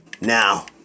Now